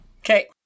Okay